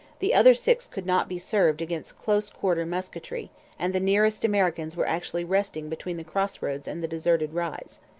the other six could not be served against close-quarter musketry and the nearest americans were actually resting between the cross-roads and the deserted rise.